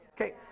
Okay